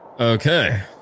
Okay